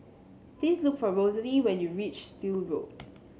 please look for Rosalee when you reach Still Road